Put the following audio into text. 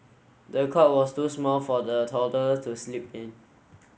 the cot was too small for the toddler to sleep in